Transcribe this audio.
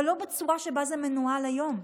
אבל לא בצורה שבה זה מנוהל היום,